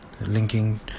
linking